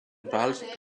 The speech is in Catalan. pals